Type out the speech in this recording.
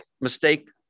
mistake